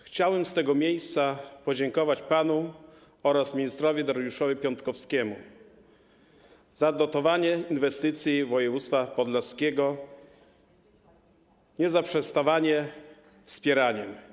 Chciałem z tego miejsca podziękować panu oraz ministrowi Dariuszowi Piontkowskiemu za dotowanie inwestycji województwa podlaskiego i prosić o niezaprzestawanie wspierania.